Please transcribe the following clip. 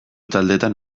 taldetan